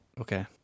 Okay